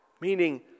meaning